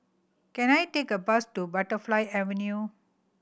can I take a bus to Butterfly Avenue